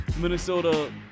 Minnesota